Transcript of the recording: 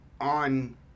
on